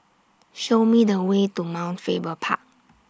Show Me The Way to Mount Faber Park